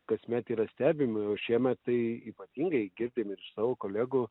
kasmet yra stebimi o šiemet tai ypatingai kiek primiršau kolegų